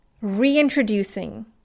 reintroducing